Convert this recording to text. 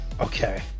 Okay